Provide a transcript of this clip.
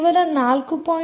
ಕೇವಲ 4